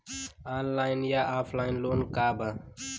Online या offline loan का बा?